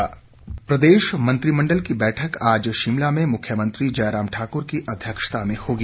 मंत्रिमण्डल प्रदेश मंत्रिमण्डल की बैठक आज शिमला में मुख्यमंत्री जयराम ठाकुर की अध्यक्षता में होगी